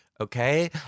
okay